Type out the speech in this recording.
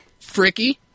fricky